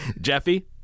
jeffy